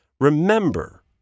remember